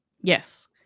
Yes